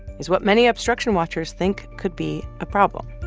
is what many obstruction watchers think could be a problem